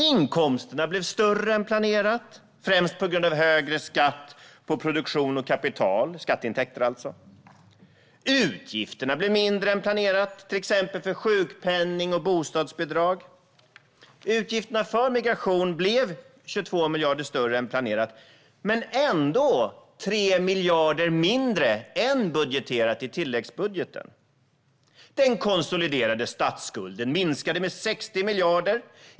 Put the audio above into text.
Inkomsterna blev större än planerat, främst på grund av högre skatt på produktion och kapital - skatteintäkter, alltså. Utgifterna blev mindre än planerat för till exempel sjukpenning och bostadsbidrag. Utgifterna för migration blev 22 miljarder större än planerat - men ändå 3 miljarder mindre än budgeterat i tilläggsbudgeten. Den konsoliderade statsskulden minskade med 60 miljarder.